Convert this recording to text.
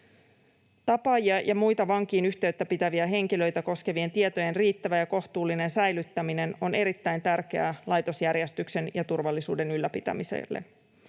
Tapaajia ja muita vankiin yhteyttä pitäviä henkilöitä koskevien tietojen riittävä ja kohtuullinen säilyttäminen on erittäin tärkeää laitosjärjestyksen ja turvallisuuden ylläpitämiselle.